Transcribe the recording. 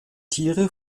tiere